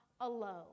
alone